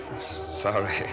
Sorry